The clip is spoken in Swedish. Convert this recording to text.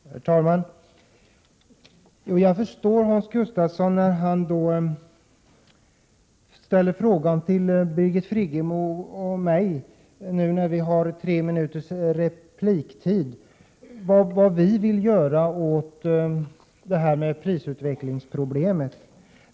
Herr talman! Jag förstår Hans Gustafsson när han ställer frågan till Birgit Friggebo och mig — nu då vi har tre minuters repliktid — om vad vi vill göra åt prisutvecklingsproblemet.